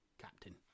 captain